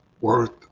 worth